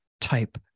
type